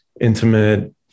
intimate